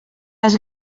les